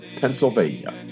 Pennsylvania